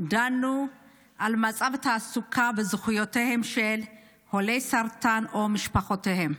דנו על מצב התעסוקה וזכויותיהם של חולי סרטן ומשפחותיהם.